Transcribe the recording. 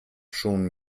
schon